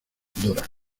dora